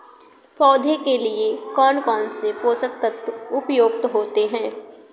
पौधे के लिए कौन कौन से पोषक तत्व उपयुक्त होते हैं?